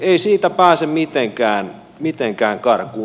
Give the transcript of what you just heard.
ei siitä pääse mitenkään karkuun